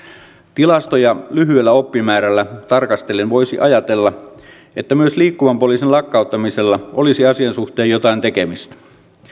tilastoja lyhyellä oppimäärällä tarkastellen voisi ajatella että myös liikkuvan poliisin lakkauttamisella olisi asian suhteen jotain tekemistä